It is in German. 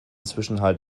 zwischenhalt